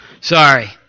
Sorry